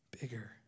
bigger